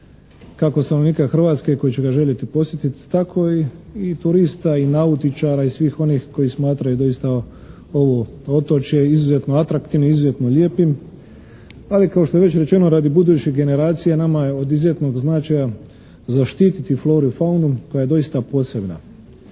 kako stanovnika Hrvatske koji će ga željeti posjetit tako i turista i nautičara i svih onih koji smatraju doista ovo otočje izuzetno atraktivnim, izuzetno lijepim ali kao što je već rečeno radi buduće generacije nama je od izuzetnog značaja zaštiti floru i faunu koja je doista posebna.